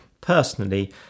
personally